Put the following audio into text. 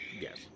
Yes